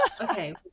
okay